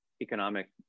economic